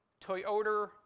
Toyota